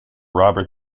robert